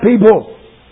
people